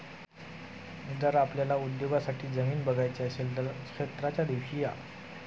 जर आपल्याला उद्योगासाठी जमीन बघायची असेल तर क्षेत्राच्या दिवशी या